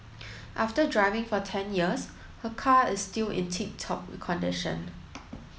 after driving for ten years her car is still in tip top condition